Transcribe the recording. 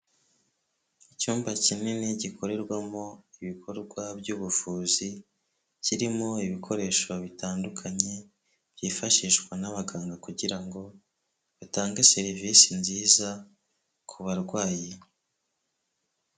Icyumba kinini gikorerwamo ibikorwa by'ubuvuzi kirimo ibikoresho bitandukanye byifashishwa n'abaganga kugira ngo batange serivisi nziza ku barwayi.